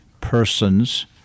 persons